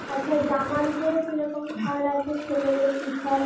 আচ্ছা জামার ওপরে কী রকম ছাড় আছে ছেলেদের টি শার্ট